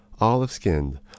olive-skinned